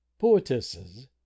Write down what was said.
Poetesses